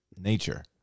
nature